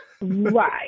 Right